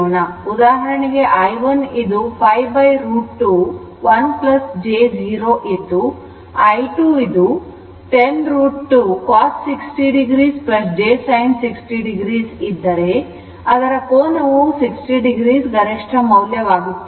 ಉದಾಹರಣೆಗೆ i1 ಇದು 5√ 2 1j0 ಇದ್ದು ಮತ್ತು i2 10√ 2cos 60 oj sin 60 oಇದ್ದರೆ ಅದರ ಕೋನವು 60 o ಗರಿಷ್ಠ ಮೌಲ್ಯ ವಾಗುತ್ತದೆ